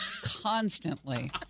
constantly